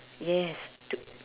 yes